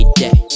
day